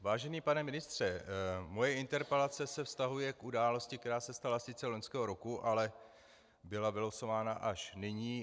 Vážený pane ministře, moje interpelace se vztahuje k události, která se stala sice loňského roku, ale byla vylosována až nyní.